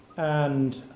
and